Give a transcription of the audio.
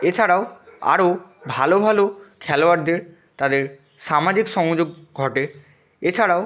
এছাড়াও আরও ভালো ভালো খেলোয়াড়দের তাদের সামাজিক সংযোগ ঘটে এছাড়াও